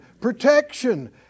protection